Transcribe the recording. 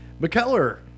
McKellar